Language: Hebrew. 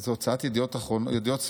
זו הוצאת ידיעות ספרים.